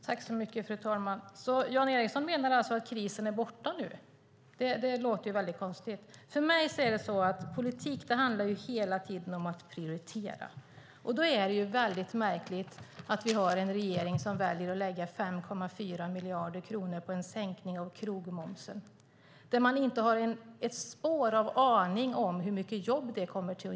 Fru talman! Menar Jan Ericson att krisen är över nu? Det låter konstigt. För mig handlar politik hela tiden om att prioritera. Då är det märkligt att vi har en regering som väljer att lägga 5,4 miljarder kronor på en sänkning av krogmomsen. Man har inte den blekaste aning om hur många jobb det kommer att ge.